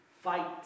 fight